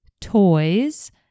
toys